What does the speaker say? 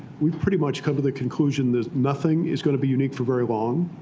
we've pretty much come to the conclusion that nothing is going to be unique for very long.